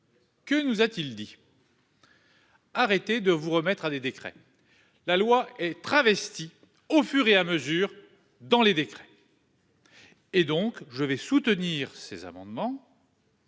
Que nous a-t-il dit. Arrêtez de vous remettre à des décrets. La loi et travesti au fur et à mesure dans les décrets. Et donc je vais soutenir ces amendements.